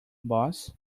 boss